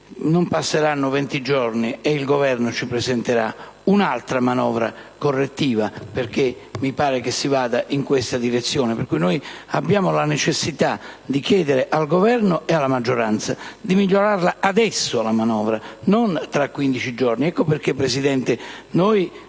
non passeranno venti giorni che il Governo ci presenterà un'altra manovra correttiva (mi pare infatti che si vada in questa direzione), abbiamo la necessità di chiedere al Governo e alla maggioranza di migliorare adesso la manovra, e non tra 15 giorni. Ecco perché, signor Presidente, noi